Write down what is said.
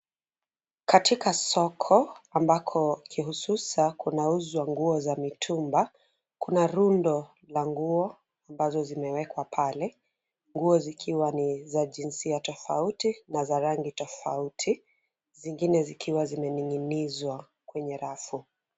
Katika soko ambako kihusuza kunauzwa nguo za mitumba. Kuna rundo la nguo ambazo zimewekwa pale. Nguo zikiwa ni za jinsia tofauti na za rangi tofauti zingine zikiwa zimening'izwa kwenye rafu.